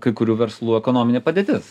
kai kurių verslų ekonominė padėtis